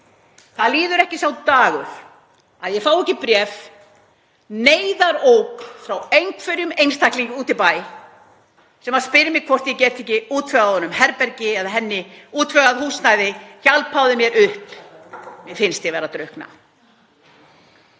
Það líður ekki sá dagur að ég fái ekki bréf, neyðaróp frá einhverjum einstaklingum úti í bæ sem spyrja mig hvort ég geti ekki útvegað honum herbergi eða útvegað henni húsnæði. „Hjálpaðu mér upp. Mér finnst ég vera að drukkna.“